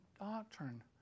doctrine